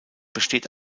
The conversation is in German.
besteht